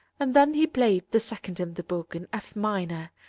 and then he played the second in the book, in f minor,